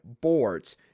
boards